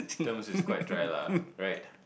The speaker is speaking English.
terms is quite dry lah right